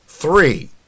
three